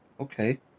okay